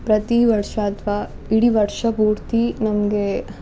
ಪ್ರತಿ ವರ್ಷ ಅಥ್ವಾ ಇಡೀ ವರ್ಷ ಪೂರ್ತಿ ನಮಗೆ